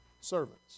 servants